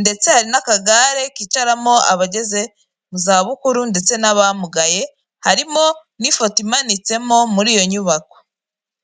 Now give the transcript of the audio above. ndetse hari n'akagare kicaramo abageze mu za bukuru, ndetse n'abamugaye. Harimo n'ifoto imanitsemo muri iyo nyubako.